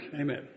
Amen